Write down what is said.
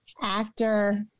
actor